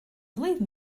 believe